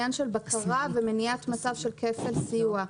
בעניין של בקרה ומניעת מצב של כפל סיוע.